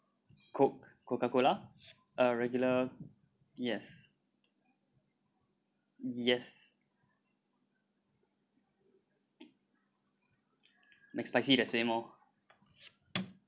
coke Coca Cola a regular yes yes McSpicy the same lor